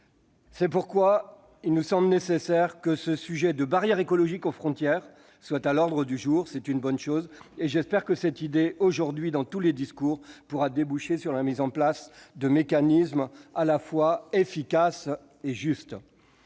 C'est pourquoi il nous semble nécessaire que le sujet de la « barrière écologique aux frontières » soit à l'ordre du jour. J'espère que cette idée, qui figure aujourd'hui dans tous les discours, pourra déboucher sur la mise en place de mécanismes à la fois efficaces et justes.